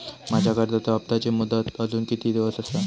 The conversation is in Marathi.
माझ्या कर्जाचा हप्ताची मुदत अजून किती दिवस असा?